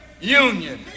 union